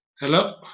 Hello